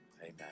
Amen